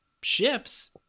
ships